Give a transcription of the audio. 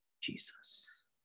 Jesus